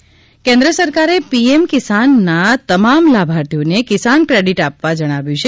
કિસાન credit card કેન્દ્ર સરકારે PM કિસાનના તમામ લાભાર્થીઓને કિસાન ક્રેડિટ આપવા જણાવ્યું છે